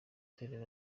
torero